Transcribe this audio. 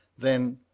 then,